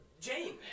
Jane